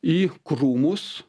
į krūmus